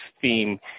theme